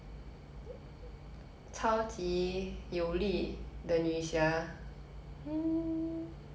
o~ once again we are summarizing we are transla~ retranslating with very poor chinese but the ti~